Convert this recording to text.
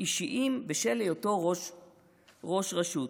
אישיים בשל היותו ראש רשות".